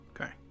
Okay